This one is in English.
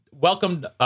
welcome